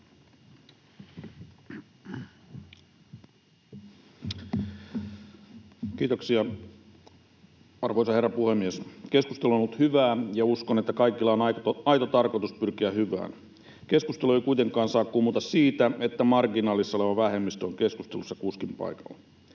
Kiitoksia, arvoisa herra puhemies! Keskustelu on ollut hyvää, ja uskon, että kaikilla on aito tarkoitus pyrkiä hyvään. Keskustelu ei kuitenkaan saa kummuta siitä, että marginaalissa oleva vähemmistö on keskustelussa kuskin paikalla.